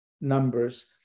numbers